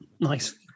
Nice